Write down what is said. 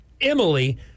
Emily